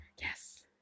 Yes